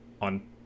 on